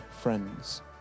friends